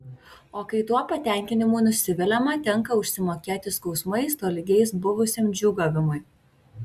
o kai tuo patenkinimu nusiviliama tenką užsimokėti skausmais tolygiais buvusiam džiūgavimui